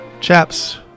Chaps